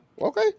Okay